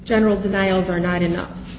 general denials or not enough